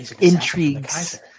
intrigues